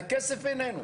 והכסף איננו.